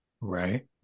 Right